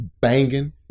banging